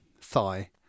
thigh